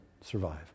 survive